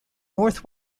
north